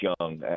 Young